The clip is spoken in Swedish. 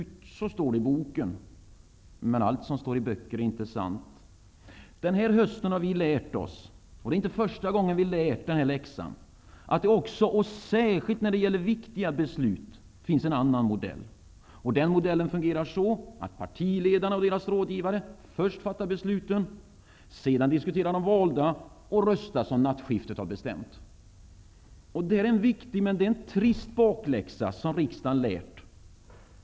Så står det i boken. Men allt som står i böcker är inte sant. Den här hösten har vi lärt oss, och det är inte första gången vi lärt den läxan, att det också och särskilt när det gäller viktiga beslut finns en annan modell. Den modellen fungerar så, att partiledarna och deras rådgivare först fattar besluten. Sedan diskuterar de valda och röstar som nattskiftet har bestämt. Det är en viktig men trist läxa som riksdagen lärt.